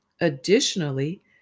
Additionally